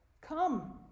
come